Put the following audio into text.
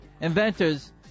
Inventors